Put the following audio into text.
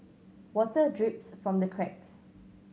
water drips from the cracks